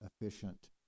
efficient